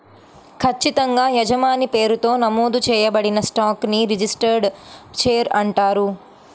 ఖచ్చితంగా యజమాని పేరుతో నమోదు చేయబడిన స్టాక్ ని రిజిస్టర్డ్ షేర్ అంటారు